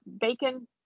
bacon